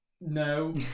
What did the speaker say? No